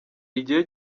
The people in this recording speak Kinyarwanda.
igihe